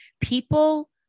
people